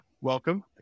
Welcome